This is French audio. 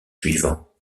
suivant